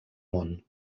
món